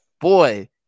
boy